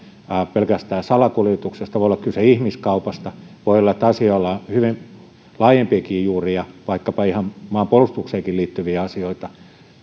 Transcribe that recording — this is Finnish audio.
pelkästään salakuljetuksesta voi olla kyse ihmiskaupasta voi olla että asioilla on laajempiakin juuria vaikkapa ihan maanpuolustukseenkin liittyviä asioita